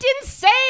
insane